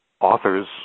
authors